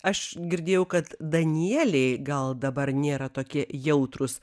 aš girdėjau kad danieliai gal dabar nėra tokie jautrūs